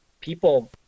people